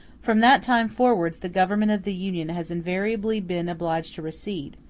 from that time forwards the government of the union has invariably been obliged to recede,